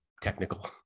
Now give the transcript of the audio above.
technical